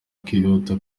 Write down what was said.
kwihuta